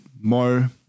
more